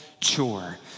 chore